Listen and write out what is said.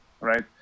right